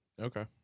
okay